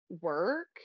work